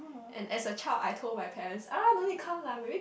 and as a child I told my parents ah no need come lah very